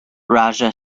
raja